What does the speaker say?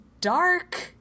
dark